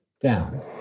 down